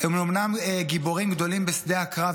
הם אומנם גיבורים גדולים בשדה הקרב,